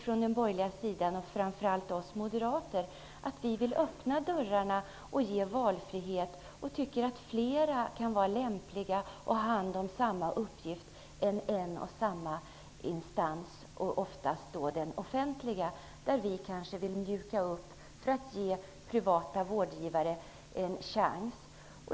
Vi på den borgerliga sidan, och framför allt vi moderater, vill öppna dörrarna och ge valfrihet. Vi tycker att flera kan vara lämpliga att ta hand om samma uppgift. Det behöver inte vara en och samma instans, oftast den offentliga. Vi vill mjuka upp och ge privata vårdgivare en chans.